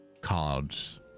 cards